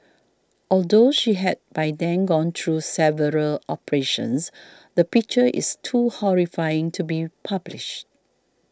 although she had by then gone through several operations the picture is too horrifying to be published